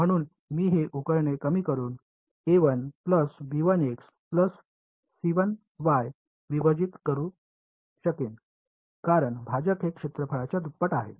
म्हणून मी हे उकळणे कमी करून विभाजीत करू शकेन कारण भाजक हे क्षेत्रफळाच्या दुप्पट आहे